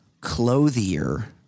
clothier